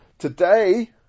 Today